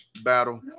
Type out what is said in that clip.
Battle